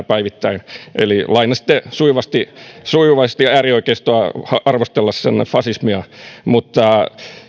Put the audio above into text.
päivittäin eli lainasitte sujuvasti sujuvasti äärioikeistoa arvostellessanne fasismia mutta